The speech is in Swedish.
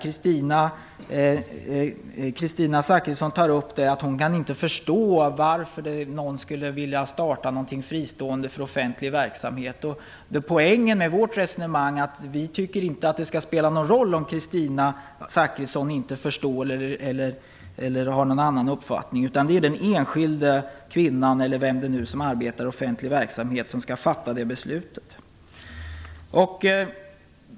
Kristina Zakrisson tog upp att hon inte kan förstå varför någon skulle vilja starta någonting fristående från offentlig verksamhet. Poängen med vårt resonemang är att vi inte tycker att det skall spela någon roll om Kristina Zakrisson inte förstår eller om hon har någon annan uppfattning. Vi tycker att det är den enskilda kvinnan, eller vem det nu är som arbetar i offentlig verksamhet, som skall fatta beslutet.